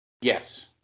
Yes